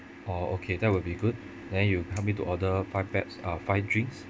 oh okay that will be good then you help me to order five packs uh five drinks